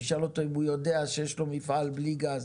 וישאל אותו אם הוא יודע שיש לו מפעל בלי גז,